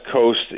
Coast